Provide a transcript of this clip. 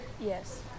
Yes